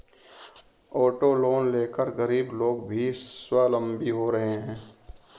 auto loan लेकर गरीब लोग भी स्वावलम्बी हो रहे हैं